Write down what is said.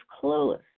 clueless